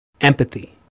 empathy